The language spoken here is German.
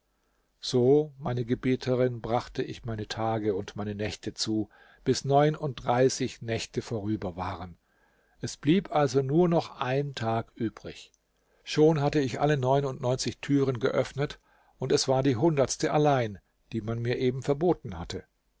so meine gebieterin brachte ich meine tage und meine nächte zu bis neununddreißig nächte vorüber waren es blieb also nur noch ein tag übrig schon hatte ich alle neunundneunzig türen geöffnet und es war die hundertste allein die man mir eben verboten hatte